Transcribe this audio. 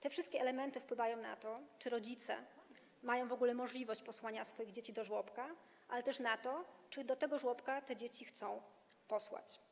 Te wszystkie elementy wpływają na to, czy rodzice mają w ogóle możliwość posłania swoich dzieci do żłobka, ale też na to, czy do tego żłobka te dzieci chcą posłać.